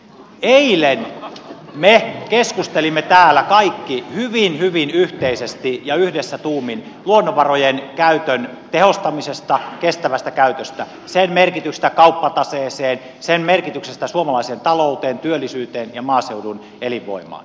eilen me keskustelimme täällä kaikki hyvin hyvin yhteisesti ja yhdessä tuumin luonnonvarojen käytön tehostamisesta kestävästä käytöstä sen merkityksestä kauppataseeseen sen merkityksestä suomalaiseen talouteen työllisyyteen ja maaseudun elinvoimaan